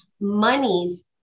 monies